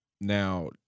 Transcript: now